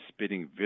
spitting